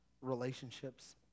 relationships